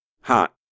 hot